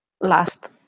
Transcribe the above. last